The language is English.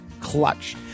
clutch